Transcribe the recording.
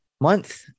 Month